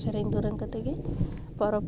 ᱥᱮᱨᱮᱧ ᱫᱩᱨᱟᱹᱝ ᱠᱟᱛᱮ ᱜᱮ ᱯᱚᱨᱚᱵᱽ